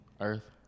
Earth